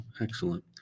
Excellent